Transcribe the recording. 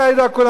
ובתוכם ה',